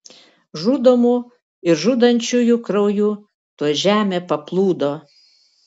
žudomų ir žudančiųjų krauju tuoj žemė paplūdo